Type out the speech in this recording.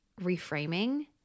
reframing